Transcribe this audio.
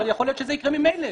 יכול להיות שזה יקרה ממילא.